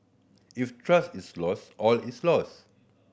if trust is lost all is lost